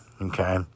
okay